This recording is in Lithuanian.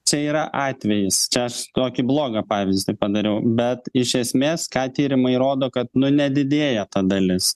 čia yra atvejis čia aš tokį blogą pavyzdį padariau bet iš esmės ką tyrimai rodo kad nu nedidėja ta dalis